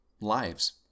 lives